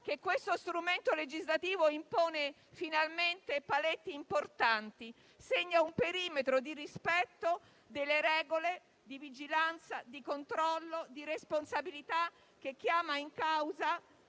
che questo strumento legislativo impone finalmente paletti importanti, segna un perimetro di rispetto delle regole di vigilanza, di controllo e di responsabilità che chiama in causa